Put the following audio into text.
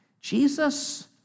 Jesus